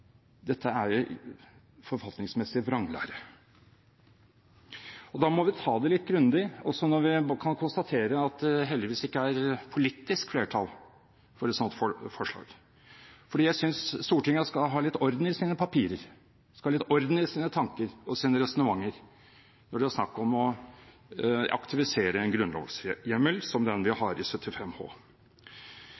Dette er forfatningsmessig vranglære. Da må man ta det litt grundig, også om man kan konstatere at det heldigvis ikke er politisk flertall for et slikt forslag, fordi jeg synes Stortinget skal ha litt orden i sine papirer – litt orden i sine tanker og resonnementer – når det er snakk om å aktivisere en grunnlovshjemmel som den vi har i § 75 h.